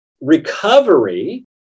Recovery